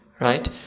Right